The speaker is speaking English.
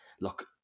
look